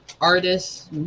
artists